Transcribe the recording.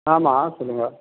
ஆமாம் சொல்லுங்க